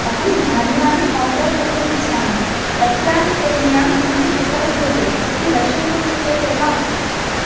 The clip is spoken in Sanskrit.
अहं धान्यानि ओर्डर् कर्तुम् इच्छामि तस्यां श्रेण्यां किं किम् उपलभ्यते इति दर्शयितुं शक्यसे वा